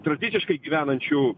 tradiciškai gyvenančių